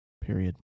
Period